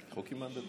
לא הבנתי,